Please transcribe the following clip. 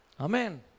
Amen